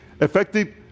effective